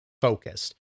focused